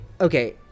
okay